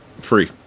Free